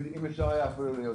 ואם היה אפשר אפילו ליותר,